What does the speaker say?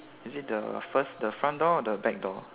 is it the first the front door or the back door